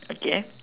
okay